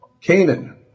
Canaan